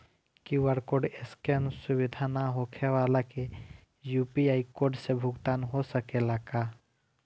QR code scan सुविधा ना होखे वाला के यू.पी.आई कोड से भुगतान हो सकेला का?